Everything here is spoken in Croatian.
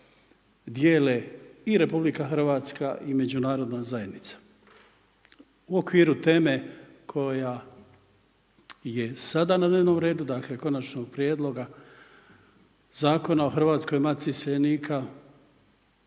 dijele i RH i međunarodna zajednica. U okviru teme koja je sada na dnevnom redu, dakle, konačnom prijedlogu Zakona o Hrvatskoj matici iseljenika,